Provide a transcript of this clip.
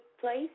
place